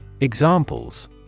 Examples